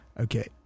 Okay